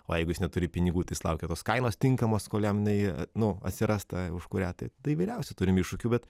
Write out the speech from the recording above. o jeigu jis neturi pinigų tai jis laukia tos kainos tinkamos kol jam jinai nu atsiras ta už kurią taip tai įvairiausių turim iššūkių bet